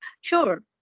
Sure